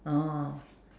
oh